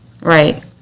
right